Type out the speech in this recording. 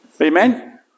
Amen